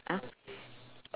!huh!